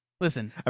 listen